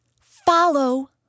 Follow